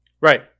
Right